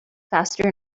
faster